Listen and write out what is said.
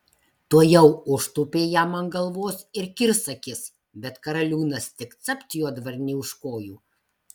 tuojau užtūpė jam ant galvos ir kirs akis bet karaliūnas tik capt juodvarnį už kojų